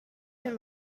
too